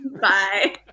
Bye